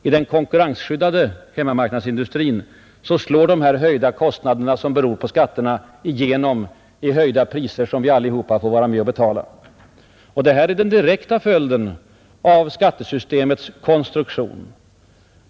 I den konkurrensskyddade hemmamarknadsindustrin slår de höjda kostnaderna till följd av skatterna igenom i höjda priser som vi allesammans får vara med och betala, Detta är den direkta följden av skattesystemets konstruktion.